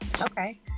okay